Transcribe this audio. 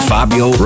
Fabio